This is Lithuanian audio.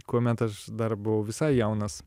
kuomet aš dar buvau visai jaunas